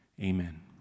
Amen